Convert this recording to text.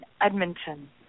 Edmonton